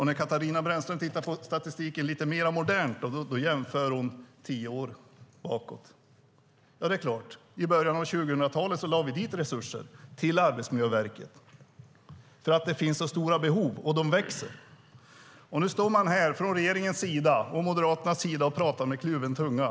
När Katarina Brännström tittar på lite nyare statistik jämför hon hur det var tio år bakåt i tiden. I början av 2000-talet tillförde vi resurser till Arbetsmiljöverket för att det fanns så stora behov och att de växte. Nu står man från regeringens och Moderaternas sida och talar med kluven tunga.